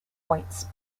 points